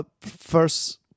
first